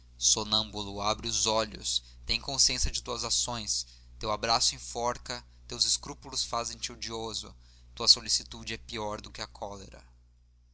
sonâmbula abre os olhos tem consciência de tuas ações teu abraço enforca teus escrúpulos fazem te odioso tua solicitude é pior do que a cólera